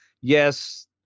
Yes